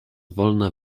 wolna